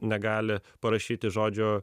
negali parašyti žodžio